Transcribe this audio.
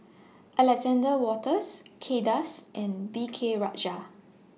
Alexander Wolters Kay Das and V K Rajah